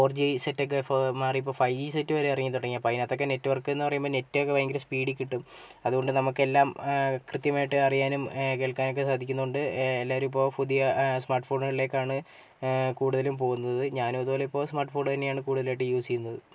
four G set ഒക്കെ മാറി ഇപ്പോൾ ഫൈവ് ജി സെറ്റ് വരെ ഇറങ്ങിത്തുടങ്ങി അപ്പോൾ അതിനകത്ത് ഒക്കെ നെറ്റ്വർക്ക് എന്ന് പറയുമ്പോൾ നെറ്റ് ഒക്കെ ഭയങ്കര സ്പീഡിൽ കിട്ടും അതുകൊണ്ട് നമുക്ക് എല്ലാം കൃത്യമായിട്ട് അറിയാനും കേൾക്കാനൊക്കെ സാധിക്കുന്നതുകൊണ്ട് എല്ലാവരും ഇപ്പോൾ പുതിയ സ്മാർട്ട് ഫോണുകളിലേക്കാണ് കൂടുതലും പോകുന്നത് ഞാനും അതുപോലെ ഇപ്പോൾ സ്മാർട്ട് ഫോൺ തന്നെയാണ് കൂടുതലായിട്ടും യൂസ് ചെയ്യുന്നത്